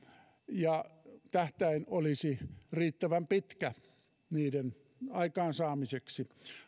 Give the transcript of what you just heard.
ja tähtäin olisi riittävän pitkä niiden aikaansaamiseksi